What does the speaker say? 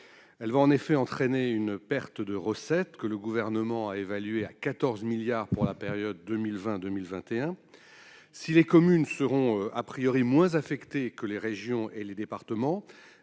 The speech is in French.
elle va entraîner une perte de recettes que le Gouvernement a évaluée à 14 milliards d'euros pour la période 2020-2021. Les communes seront moins affectées que les régions et les départements,